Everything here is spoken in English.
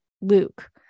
Luke